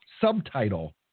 subtitle